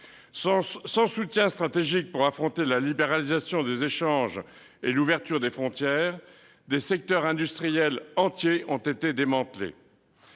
sans soutien stratégique pour affronter la libéralisation des échanges et l'ouverture des frontières, des secteurs industriels entiers ont été démantelés.